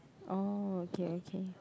oh okay okay